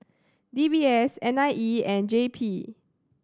D B S N I E and J P